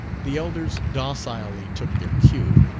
the elders docilely took their cue,